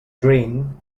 green